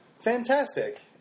Fantastic